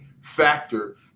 factor